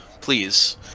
please